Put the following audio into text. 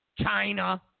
China